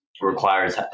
requires